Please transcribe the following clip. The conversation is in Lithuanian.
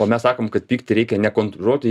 o mes sakom kad pyktį reikia nekontroliuoti